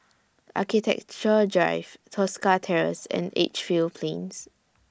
Architecture Drive Tosca Terrace and Edgefield Plains